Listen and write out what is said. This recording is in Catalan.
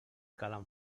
calen